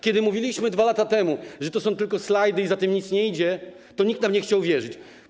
Kiedy mówiliśmy 2 lata temu, że to są tylko slajdy i za tym nic nie idzie, to nikt nam nie chciał uwierzyć.